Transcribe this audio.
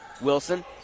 Wilson